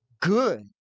good